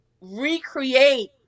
recreate